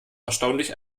erstaunlich